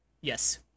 Yes